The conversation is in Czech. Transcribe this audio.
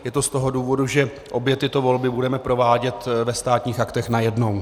Je to z toho důvodu, že obě tyto volby budeme provádět ve Státních aktech najednou.